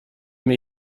mir